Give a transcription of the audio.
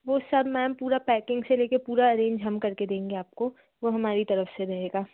वो सब मैम पूरा पैकिंग से ले कर पूरा अरेंज हम कर के देंगे आपको वो हमारी तरफ से रहेगा